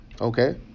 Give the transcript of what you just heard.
Okay